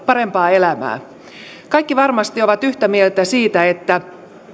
parempaa elämää kaikki varmasti ovat yhtä mieltä siitä että